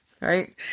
right